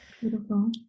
Beautiful